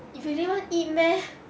if you didn't even eat meh